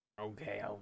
Okay